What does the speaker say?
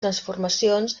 transformacions